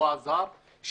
לא עזר,